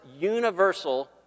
universal